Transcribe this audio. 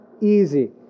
Easy